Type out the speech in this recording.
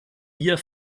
hier